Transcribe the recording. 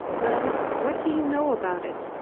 well, what do you know about it?